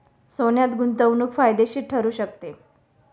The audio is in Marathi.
सोन्यात गुंतवणूक फायदेशीर ठरू शकते